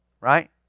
Right